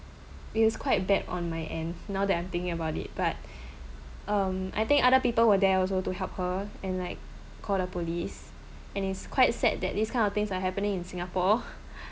it's quite bad on my end now that I'm thinking about it but um I think other people were there also to help her and like call the police and it's quite sad that these kind of things are happening in singapore